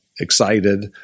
excited